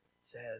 says